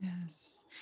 Yes